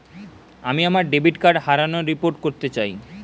আমি আমার debit card হারানোর রিপোর্ট করতে চাই